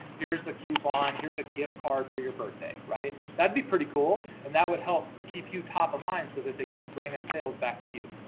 here's a coupon, here's a gift card for your birthday, right, that'd be pretty cool, and that would help keep you top of mind so that they keep bringing and sales back to you.